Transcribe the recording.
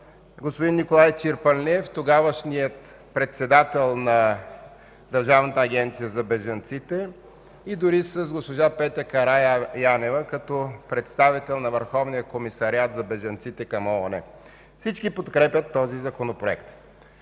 господин Николай Чирпанлиев – тогавашен председател на Държавната агенция за бежанците, дори и с госпожа Петя Караянева като представител на Върховния комисариат на бежанците към ООН. Всички подкрепят този Законопроект.